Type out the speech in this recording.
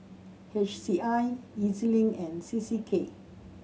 H C I E Z Link and C C K